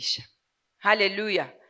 Hallelujah